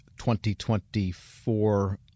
2024